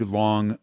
long